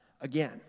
again